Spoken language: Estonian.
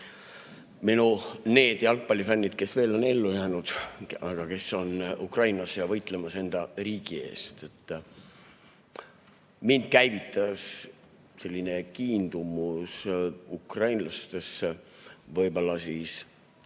minu need jalgpallifännid, kes veel ellu on jäänud, aga kes on Ukrainas võitlemas enda riigi eest! Minus käivitasid kiindumuse ukrainlastesse võib-olla